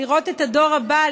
לראות את הדור הבא,